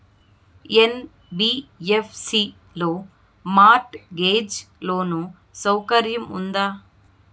NBFC లో mortgage loan సౌకర్యం ఉందా?